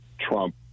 Trump